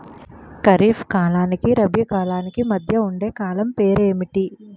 ఖరిఫ్ కాలానికి రబీ కాలానికి మధ్య ఉండే కాలం పేరు ఏమిటి?